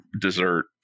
dessert